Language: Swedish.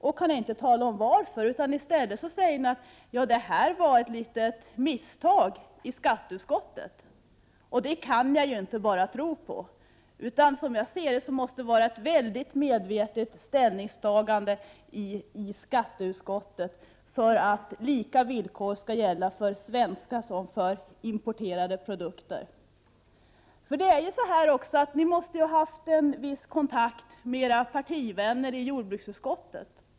Ni kan inte tala om varför, utan i stället säger ni att det gjorts ett litet misstag i skatteutskottet. Det kan jag inte tro på. Som jag ser det, måste det ha varit ett mycket medvetet ställningstagande i skatteutskottet för att lika villkor skall gälla för svenska som för importerade produkter. Ni måste ha haft en viss kontakt med era partivänner i jordbruksutskottet.